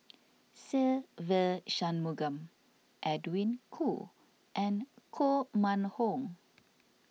Se Ve Shanmugam Edwin Koo and Koh Mun Hong